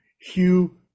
Hugh